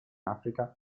africa